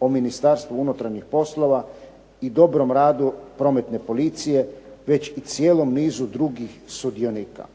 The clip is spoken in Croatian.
o Ministarstvu unutarnjih poslova i dobrom radu Prometne policije, već i cijelom nizu drugih sudionika.